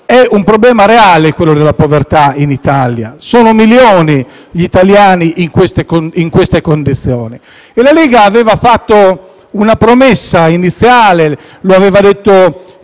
È un problema reale, quello della povertà in Italia. Sono milioni gli italiani in queste condizioni. La Lega aveva fatto una promessa iniziale. Quando